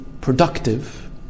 productive